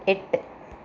എട്ട്